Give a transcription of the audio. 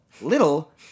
little